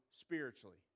spiritually